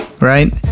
right